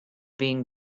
being